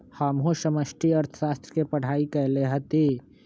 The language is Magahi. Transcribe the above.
हमहु समष्टि अर्थशास्त्र के पढ़ाई कएले हति